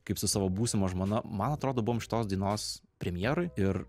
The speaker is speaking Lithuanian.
kaip su savo būsima žmona man atrodo buvom šitos dainos premjeroj ir